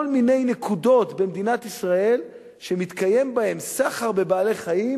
מיני נקודות במדינת ישראל שמתקיים בהן סחר בבעלי-חיים,